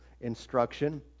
instruction